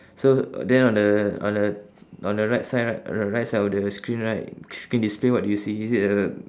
so then on the on the on the right side right on the right side of the screen right screen display what do you see is it a